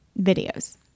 videos